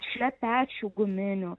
šlepečių guminių